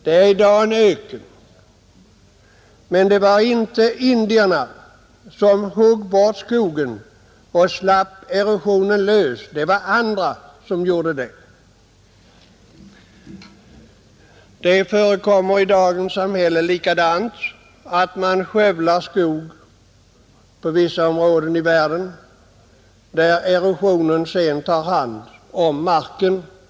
Det är i dag en öken, men det var inte indierna som högg bort skogen och släppte lös erosionen utan det var andra som gjorde det. Det förekommer på samma sätt i dagens värld att man skövlar skog inom vissa områden, där erosionen sedan förstör marken.